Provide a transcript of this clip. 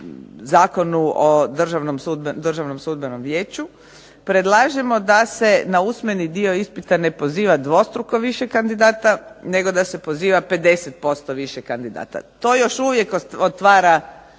Zakonu o Državnom sudbenom vijeću predlažemo da se na usmeni dio ispita ne poziva dvostruko više kandidata, nego da se poziva 50% više kandidata. To još uvijek otvara